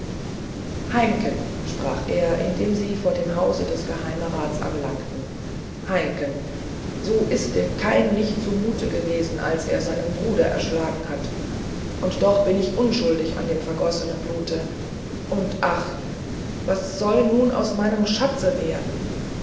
heimken sprach er indem sie vor dem hause des geheimerats anlangten heimken so ist dem kain nicht zumute gewesen als er seinen bruder erschlagen hatte und doch bin ich unschuldig an dem vergoßnen blute und ach was soll nun aus meinem schatze werden